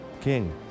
King